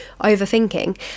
overthinking